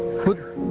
hundred